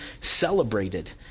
celebrated